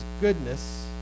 goodness